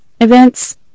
events